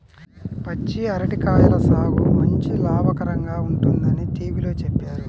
పచ్చి అరటి కాయల సాగు మంచి లాభకరంగా ఉంటుందని టీవీలో చెప్పారు